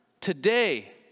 Today